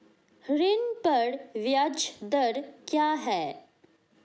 ऋण पर ब्याज दर क्या है?